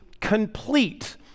complete